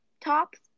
tops